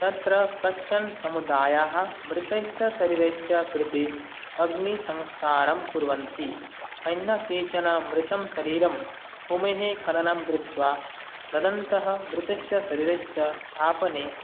तत्र कश्चन समुदायः मृतस्य शरीरस्य कृते अग्निसंस्कारं कुर्वन्ति अन्ये केचन मृतं शरीरं भूमेः खननं कृत्वा तदन्तः मृतस्य शरीरस्य स्थापने